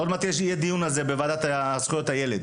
עוד מעט יהיה על זה דיון בוועדה לזכויות הילד.